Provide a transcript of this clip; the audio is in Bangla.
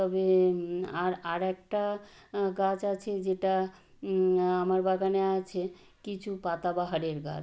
তবে আর আরেকটা গাছ আছে যেটা আমার বাগানে আছে কিছু পাতাবাহারের গাছ